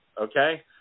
okay